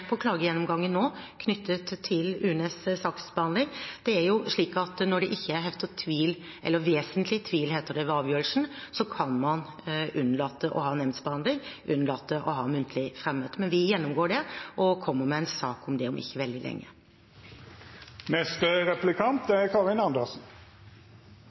når det ikke er heftet tvil eller vesentlig tvil, som det heter, ved avgjørelsen, kan man unnlate å ha nemndsbehandling, unnlate å ha muntlig fremmøte. Men vi gjennomgår det og kommer med en sak om det om ikke veldig